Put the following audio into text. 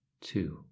two